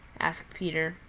asked peter.